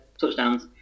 touchdowns